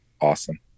awesome